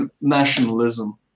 nationalism